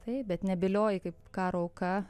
taip bet nebylioji kaip karo auka